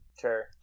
Sure